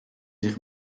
zich